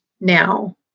now